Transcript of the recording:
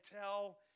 tell